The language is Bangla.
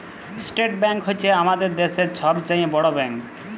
ইসটেট ব্যাংক হছে আমাদের দ্যাশের ছব চাঁয়ে বড় ব্যাংক